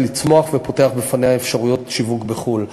לצמוח ופותח בפניה אפשרויות שיווק בחו"ל.